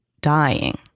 dying